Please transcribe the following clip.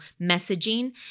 messaging